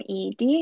Med